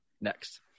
next